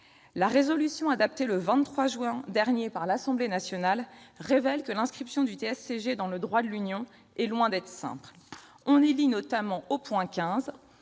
la résolution adoptée le 23 juin dernier par l'Assemblée nationale révèle que l'inscription du TSCG dans le droit de l'Union est loin d'être simple. On y lit notamment, au point 15